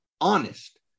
honest